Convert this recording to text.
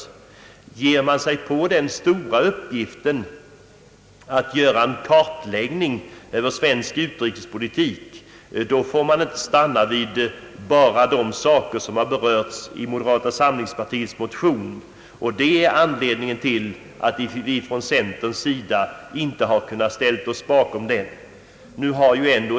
Ger man sig på den stora uppgiften att göra en kartläggning över svensk utrikespolitik, får man inte stanna vid bara de frågor som har berörts i moderata samlingspartiets motion. Det är anledningen till att vi från centerpartiets sida inte har kunnat ställa oss bakom den motionen.